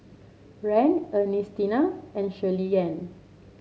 Rand Ernestina and Shirleyann